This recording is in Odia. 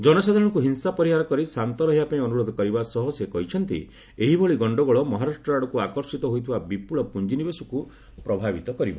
ଜନସାଧାରଣଙ୍କୁ ହିଂସା ପରିହାର କରି ଶାନ୍ତ ରହିବା ପାଇଁ ଅନୁରୋଧ କରିବା ସହ ସେ କହିଛନ୍ତି ଏହିଭଳି ଗଣ୍ଡଗୋଳ ମହାରାଷ୍ଟ୍ର ଆଡ଼କୁ ଆକର୍ଷିତ ହୋଇଥିବା ବିପୁଳ ପୁଞ୍ଜିନିବେଶକୁ ପ୍ରଭାବିତ କରିବ